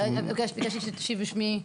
ביקשתי שתשיב בשמי.